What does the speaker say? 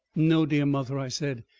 no, dear mother, i said.